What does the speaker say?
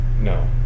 No